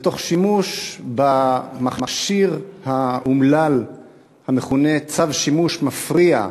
ותוך שימוש במכשיר האומלל המכונה "צו שימוש מפריע",